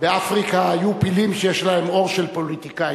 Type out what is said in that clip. באפריקה היו פילים שיש להם עור של פוליטיקאים.